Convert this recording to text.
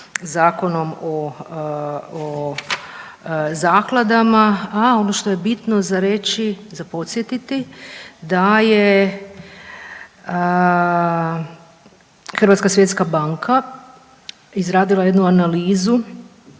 Zakonom o zakladama. A ono što je bitno za reći, za podsjetiti da je Hrvatska svjetska banka izradila jednu analizu